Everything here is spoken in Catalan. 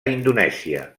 indonèsia